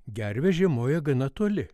gervės žiemoja gana toli